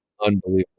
unbelievable